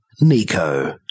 Nico